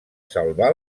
salvar